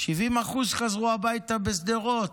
70% חזרו הביתה לשדרות.